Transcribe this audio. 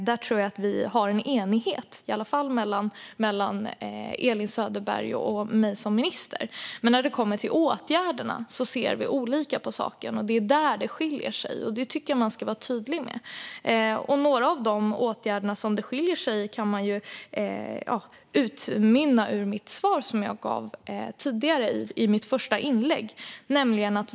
Där tror jag att vi har en enighet, i varje fall mellan Elin Söderberg och mig som minister. Men när det kommer till åtgärderna ser vi olika på saken. Det är där det skiljer sig. Det tycker jag att man ska vara tydlig med. Några av de åtgärder som man skiljer sig om kan man utläsa i mitt svar som jag gav tidigare i mitt första inlägg.